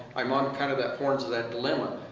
i'm on kind of that horns of that dilemma.